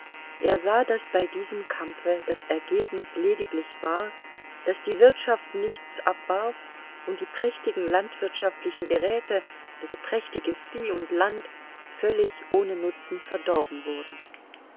er sah daß bei diesem kampfe das ergebnis lediglich war daß die wirtschaft nichts abwarf und die prächtigen landwirtschaftlichen geräte das prächtige vieh und land völlig ohne nutzen verdorben wurden